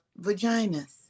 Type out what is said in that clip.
vaginas